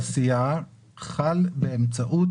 חוק עידוד השקעות הון בתעשייה חל באמצעות